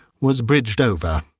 was bridged over